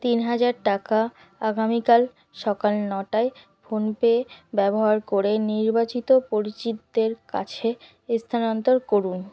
তিন হাজার টাকা আগামীকাল সকাল নটায় ফোনপে ব্যবহার করে নির্বাচিত পরিচিতদের কাছে স্থানান্তর করুন